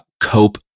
cope